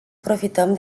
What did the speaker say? profităm